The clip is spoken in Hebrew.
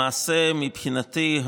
מבחינתי,